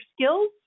skills